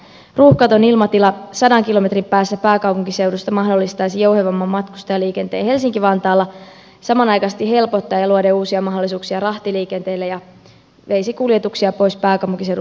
ruuhkaton ilmatila sadan kilometrin päässä pääkaupunkiseudusta mahdollistaisi jouhevamman matkustajaliikenteen helsinki vantaalla samanaikaisesti helpottaisi ja loisi uusia mahdollisuuksia rahtiliikenteelle ja veisi kuljetuksia pois pääkaupunkiseudun liikenneruuhkista